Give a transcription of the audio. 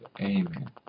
Amen